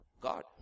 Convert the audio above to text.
God